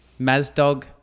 Mazdog